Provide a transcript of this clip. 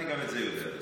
גם את זה אני יודע לעשות,